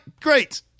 Great